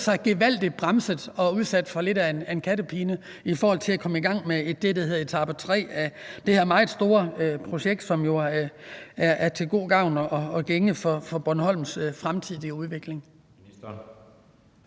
sig gevaldig bremset og udsat for lidt af en kattepine i forhold til at komme i gang med det, der hedder etape tre af det her meget store projekt, som jo er til god gavn for Bornholms fremtidige udvikling.